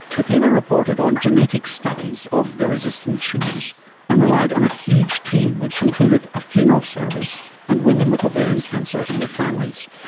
the paper reported on genetic studies of the resistant tumours and relied on a huge team which included a funeral service and women with ovarian cancer and their families.